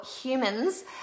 humans